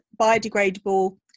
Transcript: biodegradable